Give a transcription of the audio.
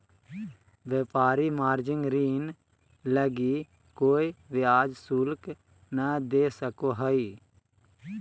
व्यापारी मार्जिन ऋण लगी कोय ब्याज शुल्क नय दे सको हइ